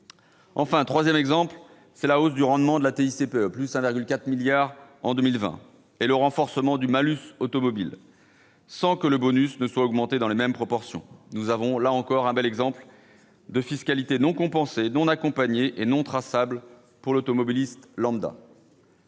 Le troisième exemple porte sur la hausse du rendement de la TICPE- 1,4 milliard d'euros en 2020 -et le renforcement du malus automobile sans que le bonus soit augmenté dans les mêmes proportions. Nous avons, là encore, un beau cas de fiscalité non compensée, non accompagnée et non traçable pour l'automobiliste lambda.